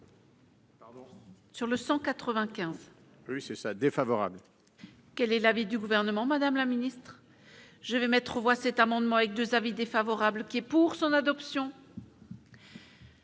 Sur le 195. Oui, c'est ça défavorable. Quel est l'avis du gouvernement, Madame la Ministre, je vais mettre aux voix cet amendement avec 2 avis défavorables qui est pour son adoption.